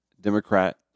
Democrat